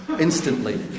instantly